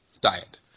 diet